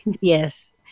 Yes